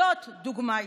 זאת דוגמה אישית.